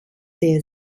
der